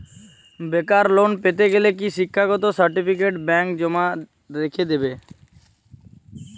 বেকার লোন পেতে গেলে কি শিক্ষাগত সার্টিফিকেট ব্যাঙ্ক জমা রেখে দেবে?